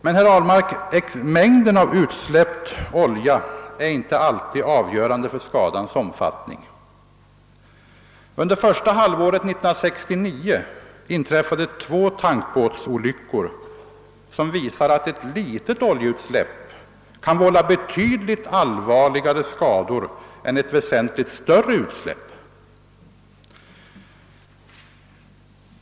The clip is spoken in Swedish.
Men, herr Ahlmark, mängden av den olja som släpps ut är inte alltid avgörande för skadans omfattning. Under det första halvåret 1969 inträffade således två tankbåtsolyckor, vilka visade att ett litet oljeutsläpp kan vålla betydligt allvarligare skador än ett väsentligt större utsläpp.